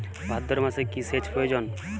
ভাদ্রমাসে কি সেচ প্রয়োজন?